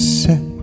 set